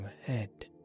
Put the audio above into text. head